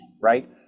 right